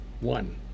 one